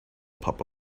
pop